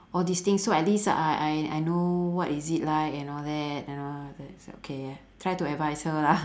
all these things so at least I I I know what is it like and all that you know I say okay try to advise her lah